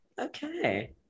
Okay